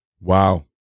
Wow